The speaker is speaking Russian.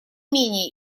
менее